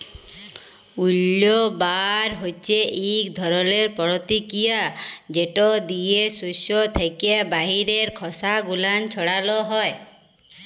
উইল্লবার হছে ইক ধরলের পরতিকিরিয়া যেট দিয়ে সস্য থ্যাকে বাহিরের খসা গুলান ছাড়ালো হয়